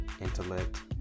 intellect